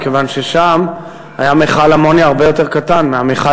מכיוון ששם היה מכל אמוניה הרבה יותר קטן מהמכל